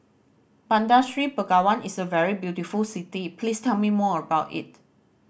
Bandar Seri Begawan is a very beautiful city please tell me more about it